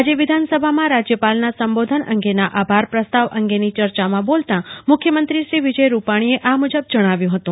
આજે વિધાનસભામાં રાજ્યપાલના સંબ્રોધન અંગેના આભાર પ્રસ્તાવ અંગેની ચર્ચામાં બોલતા મુખ્યમંત્રી વિજય રૂપાણીએ આ મુજબ જણાવ્યું હતું